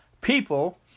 people